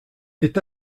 est